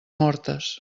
mortes